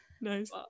Nice